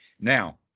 Now